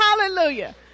hallelujah